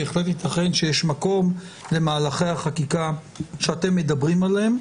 בהחלט יתכן שיש מקום למהלכי החקיקה שאתם מדברים עליהם.